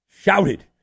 shouted